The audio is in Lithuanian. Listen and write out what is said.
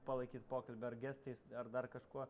palaikyt pokalbį ar gestais ar dar kažkuo